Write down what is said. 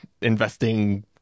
investing